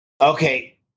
Okay